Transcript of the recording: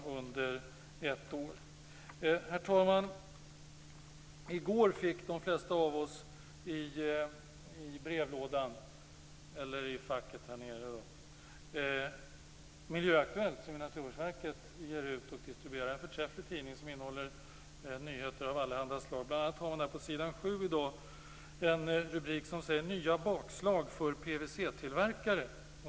I går fick de flesta av oss i brevlådan Miljöaktuellt, som Naturvårdsverket ger ut och distribuerar. Det är en förträfflig tidning, som innehåller nyheter av allehanda slag. Bl.a. har man på s. 7 i det aktuella numret en rubrik som talar om "Nya bakslag för PVC-tillverkare".